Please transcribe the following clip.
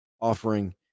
offering